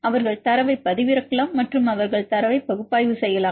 அவர்கள் தரவைப் பதிவிறக்கலாம் மற்றும் அவர்கள் தரவை பகுப்பாய்வு செய்யலாம்